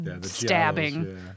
stabbing